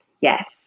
Yes